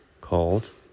called